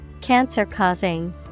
Cancer-causing